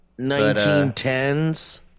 1910s